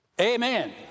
Amen